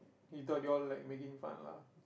he thought you all like making fun lah